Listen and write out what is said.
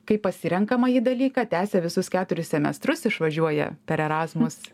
kaip pasirenkamąjį dalyką tęsia visus keturis semestrus išvažiuoja per erazmus